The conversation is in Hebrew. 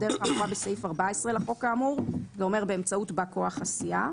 בדרך האמורה בסעיף 14 לחוק האמור" זה אומר באמצעות בא כוח הסיעה